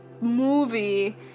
movie